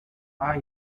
are